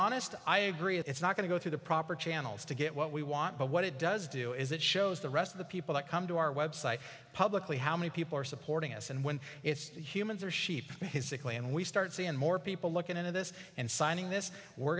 honest i agree it's not going to go through the proper channels to get what we want but what it does do is it shows the rest of the people that come to our website publicly how many people are supporting us and when it's humans or sheep sickly and we start seeing more people looking into this and signing this we're